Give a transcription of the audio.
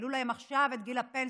שהעלו להן עכשיו את גיל הפנסיה,